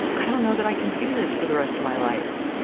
i don't know that i can do this for the rest of my life.